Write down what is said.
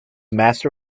master